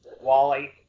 Wally